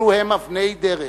אלו הן "אבני דרך"